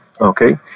okay